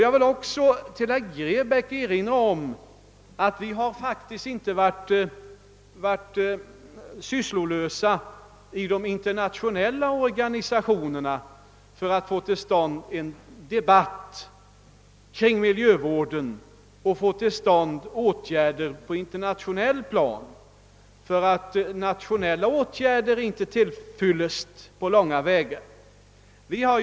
Jag vill också erinra herr Grebäck om att vi faktiskt inte varit sysslolösa i de internationella organisationerna då det gällt att försöka få till stånd en debatt om miljövården i syfte att genomföra internationella åtgärder. Nationella aktioner är inte på långa vägar till fyllest.